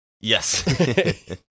Yes